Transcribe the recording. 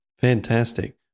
Fantastic